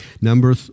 Number